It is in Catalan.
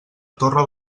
torre